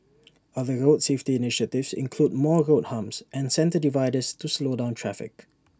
other road safety initiatives include more road humps and centre dividers to slow down traffic